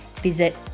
visit